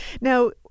Now